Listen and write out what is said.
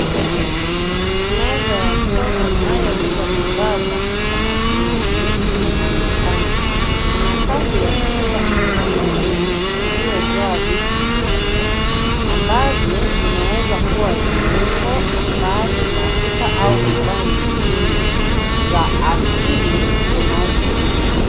Meza ya soko inayouza bidhaa za kitamaduni, inaonekana. Kuna safu ya chupa na mitungi, iliyojaa vitu mbele, ambavyo vinawezakuwa viungo, asali, mafuta au bidhaa nyingine za asili zinazouzwa.